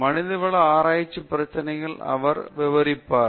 மனிதவள ஆராய்ச்சி பிரச்சினைகளை அவர் விவரிப்பார்